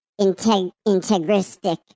integristic